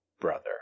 brother